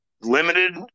limited